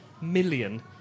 million